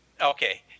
Okay